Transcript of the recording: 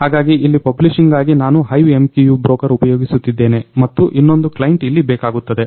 ಹಾಗಾಗಿ ಇಲ್ಲಿ ಪಬ್ಲಿಷಿಂಗ್ ಗಾಗಿ ನಾನು HiveMQ ಬ್ರೋಕರ್ ಉಪಯೋಗಿಸುತ್ತಿದ್ದೇನೆ ಮತ್ತು ಇನ್ನೊಂದು ಕ್ಲೈಂಟ್ ಇಲ್ಲಿ ಬೇಕಾಗುತ್ತದೆ